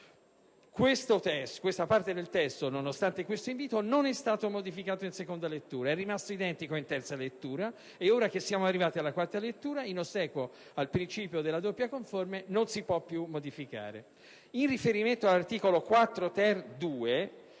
Questa parte del testo, nonostante tale invito, non è stata modificata in seconda lettura, è rimasta identica in terza lettura e ora che siamo alla quarta lettura, in ossequio al principio della doppia conforme, non si può più modificare.